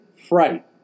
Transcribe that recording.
Fright